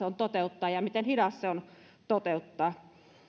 on toteuttaa ja miten hidas se on toteuttaa